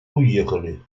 уехали